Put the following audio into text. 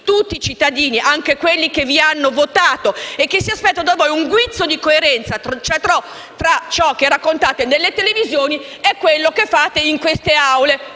tutti i cittadini, anche quelli che vi hanno votato e che si aspettano da voi un guizzo di coerenza tra ciò che raccontate nelle televisioni e quello che fate in queste Aule.